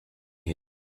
here